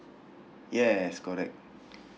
yes correct